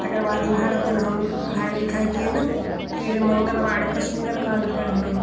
तकर बाद इमहर अपन हम पढ़ाइ लिखाइ केनहुँ फेर मङ्गलवार कऽ सुन्दरकाण्ड पढ़नौ